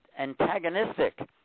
antagonistic